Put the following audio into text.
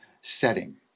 setting